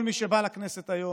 כל מי שבא לכנסת היום,